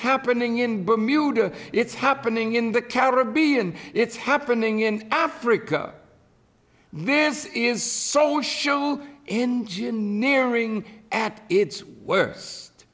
happening in bermuda it's happening in the caribbean it's happening in africa this is social engineering at its wors